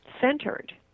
centered